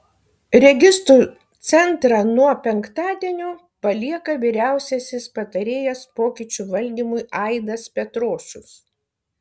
registrų centrą nuo penktadienio palieka vyriausiasis patarėjas pokyčių valdymui aidas petrošius